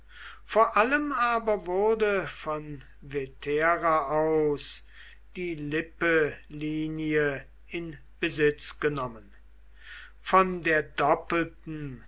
vor allem aber wurde von vetera aus die lippelinie in besitz genommen von der doppelten